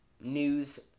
news